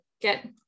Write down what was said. get